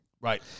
Right